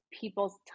people's